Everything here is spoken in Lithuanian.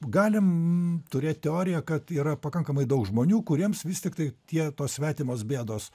galim turėt teoriją kad yra pakankamai daug žmonių kuriems vis tiktai tie tos svetimos bėdos